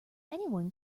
anyone